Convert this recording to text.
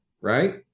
right